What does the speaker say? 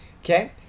Okay